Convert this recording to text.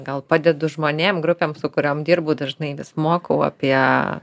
gal padedu žmonėm grupėm su kuriom dirbu dažnai vis mokau apie